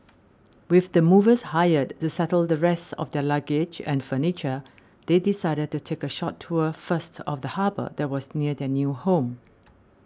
with the movers hired to settle the rest of their luggage and furniture they decided to take a short tour first of the harbour that was near their new home